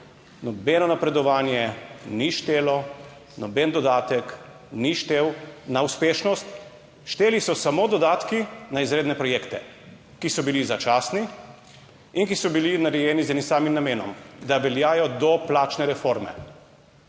nobeno napredovanje ni štelo, noben dodatek ni štel na uspešnost, šteli so samo dodatki na izredne projekte, ki so bili začasni in, ki so bili narejeni z enim samim namenom, da veljajo do plačne reforme.